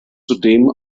zudem